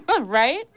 right